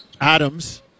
Adams